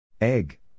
Egg